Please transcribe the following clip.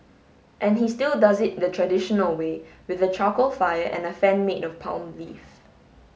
and he still does it the traditional way with a charcoal fire and a fan made of palm leaf